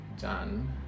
Done